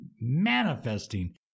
Manifesting